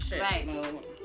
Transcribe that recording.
right